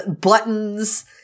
buttons